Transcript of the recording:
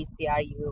BCIU